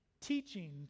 teaching